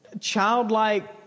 childlike